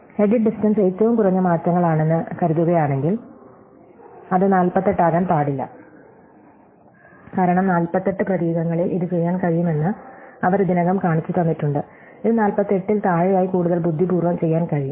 edit distance ഏറ്റവും കുറഞ്ഞ മാറ്റങ്ങളാണെന്ന് കരുതുകയാണെങ്കിൽ അത് 48 ആകാൻ പാടില്ല കാരണം 48 പ്രതീകങ്ങളിൽ ഇത് ചെയ്യാൻ കഴിയുമെന്ന് അവർ ഇതിനകം കാണിച്ചുതന്നിട്ടുണ്ട് ഇത് 48 ൽ താഴെയായി കൂടുതൽ ബുദ്ധിപൂർവ്വം ചെയ്യാൻ കഴിയും